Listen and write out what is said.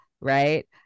right